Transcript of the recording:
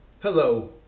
Hello